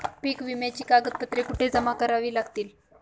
पीक विम्याची कागदपत्रे कुठे जमा करावी लागतील?